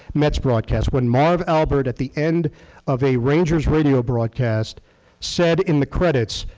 mets broadcast. when marv albert at the end of a rangers radio broadcast said in the credits,